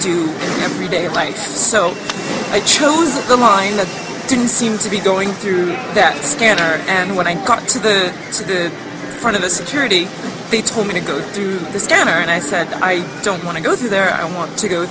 to every day of life so i chose the line that didn't seem to be going through that scanner and when i got to the good front of the security they told me to go through the scanner and i said i don't want to go through there i want to go